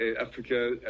Africa